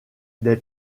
des